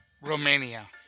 romania